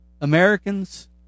americans